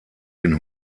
den